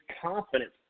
confidence